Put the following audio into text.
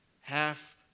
half